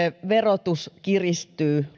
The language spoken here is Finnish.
verotus kiristyy